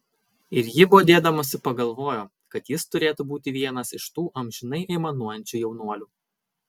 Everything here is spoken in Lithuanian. ir ji bodėdamasi pagalvojo kad jis turėtų būti vienas iš tų amžinai aimanuojančių jaunuolių